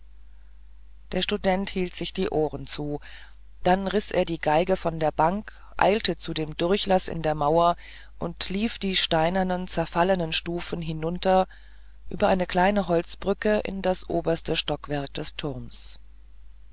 der student hielt sich die ohren zu dann riß er die geige von der bank eilte zu dem durchlaß in der mauer und lief die steinernen zerfallenen stufen hinunter über eine kleine holzbrücke in das oberste stockwerk des turmes